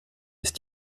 ist